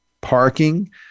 parking